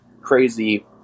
crazy